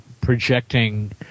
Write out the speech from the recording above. projecting